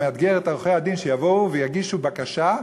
אני מאתגר את עורכי-הדין: שיבואו ויגישו בקשה,